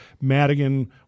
Madigan